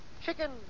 Chicken